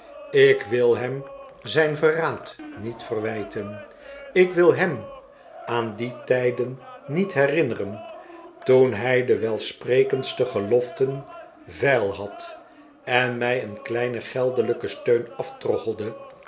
ik wil hem zy n verraad niet verwijten ik wil hem aan die tijden niet herinneren toen hy de welsprekendste geloften veil had en my een kleinen geldelyken steun aftroggelde